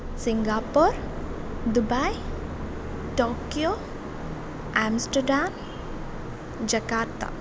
Singapore Dubai Tokyo Amsterdam Jakarta